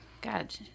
God